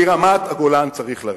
מרמת-הגולן צריך לרדת.